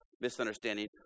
Misunderstanding